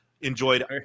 Enjoyed